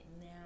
now